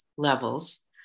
Levels